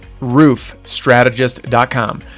roofstrategist.com